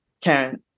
Karen